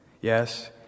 Yes